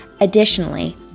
Additionally